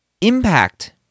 impact